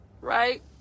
right